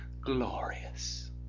glorious